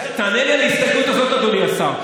תענה לי על ההסתייגות הזאת, אדוני השר.